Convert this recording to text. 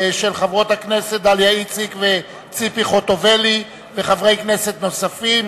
של חברות הכנסת דליה איציק וציפי חוטובלי וחברי כנסת נוספים.